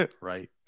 Right